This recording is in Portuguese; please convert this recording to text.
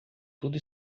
tudo